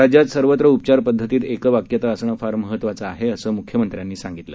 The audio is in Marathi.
राज्यात सर्वत्र उपचार पद्धतीत एकवाक्यता असणं फार महत्वाचं आहे असं मुख्यमंत्र्यांनी सांगितलं